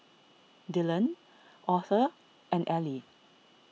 Dylan Auther and Elie